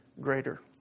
greater